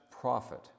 profit